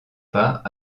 pas